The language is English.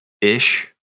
ish